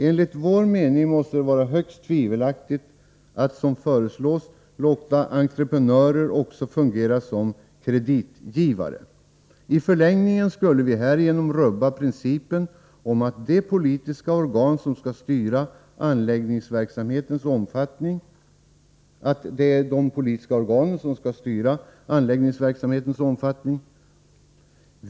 Enligt vår mening måste det vara högst tvivelaktigt att, som föreslås, låta entreprenörer fungera också som kreditgivare. I förlängningen skulle vi härigenom rubba principen om att de politiska organen skall styra anläggningsverksamhetens omfattning.